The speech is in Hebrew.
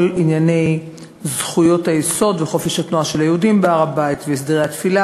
כל ענייני זכויות היסוד וחופש התנועה של היהודים בהר-הבית והסדרי התפילה